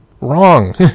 Wrong